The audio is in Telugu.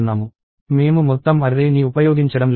మేము మొత్తం అర్రే ని ఉపయోగించడం లేదు